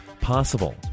possible